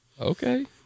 Okay